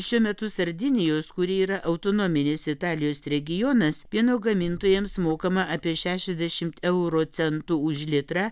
šiuo metu sardinijos kuri yra autonominis italijos regionas pieno gamintojams mokama apie šešiasdešimt euro centų už litrą